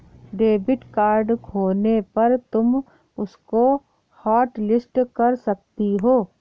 debit card खोने पर तुम उसको हॉटलिस्ट कर सकती हो